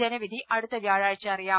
ജനവിധി അടുത്ത വ്യാഴാഴ്ച അറിയാം